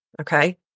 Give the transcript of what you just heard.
okay